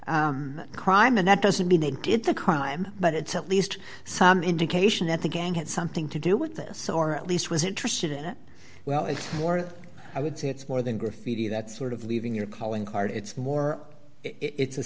this crime and that doesn't mean they did the crime but it's at least some indication that the gang had something to do with this or at least was interested in it well it's more i would say it's more than graffiti that sort of leaving your calling card it's more it's a